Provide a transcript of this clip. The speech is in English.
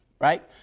right